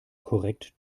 korrekt